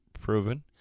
proven